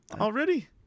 Already